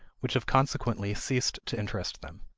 which have consequently ceased to interest them.